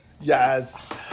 Yes